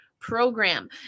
Program